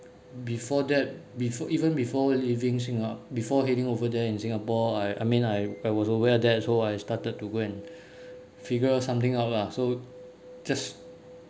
so before that before even before leaving singa~ before heading further in singapore I I mean I I was aware of that so I started to go and figure something out lah so just